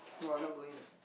no I'm not going